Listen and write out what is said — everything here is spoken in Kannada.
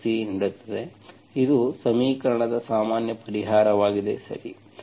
ಇದು ಸಮೀಕರಣದ ಸಾಮಾನ್ಯ ಪರಿಹಾರವಾಗಿದೆ ಸರಿ